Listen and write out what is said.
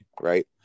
Right